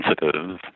sensitive